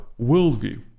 worldview